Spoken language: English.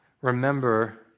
remember